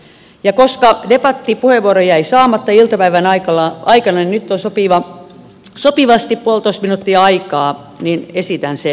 ja koska debattipuheenvuoro jäi saamatta iltapäivän aikana ja nyt on sopivasti puolitoista minuuttia aikaa niin esitän sen